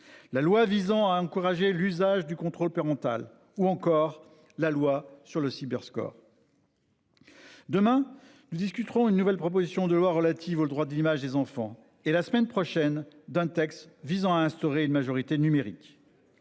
La loi visant à encourager l'usage du contrôle parental ou encore la loi sur le cyber score. Demain, nous discuterons. Une nouvelle proposition de loi relative aux droits d'image des enfants et la semaine prochaine d'un texte visant à instaurer une majorité numérique.